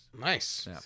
Nice